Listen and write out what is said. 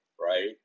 right